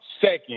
second